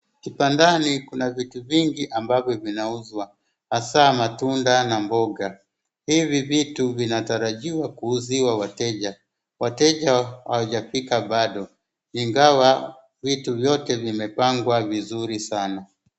Kibandani kuna vitu vingi ambavyo vinauzwa, hasaa matunda na mboga. Hivi vitu vinatarajiwa kuuziwa wateja. Wateja hawajafika bado ingawa vitu vyote vimepangwa vizuri sana.